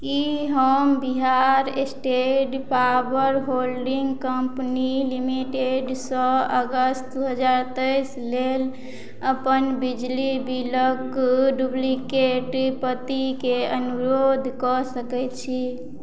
की हम Bihar state power holding company लिमिटेडसँ अगस्त दू हजार तेइस लेल अपन बिजली बिलक डुप्लिकेट प्रतिके अनुरोध कऽ सकय छी